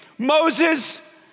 Moses